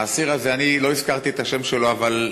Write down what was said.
האסיר הזה, אני לא הזכרתי את השם שלו, אבל,